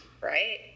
Right